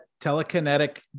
telekinetic